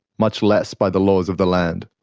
much less by the laws of the land.